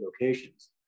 locations